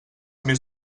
més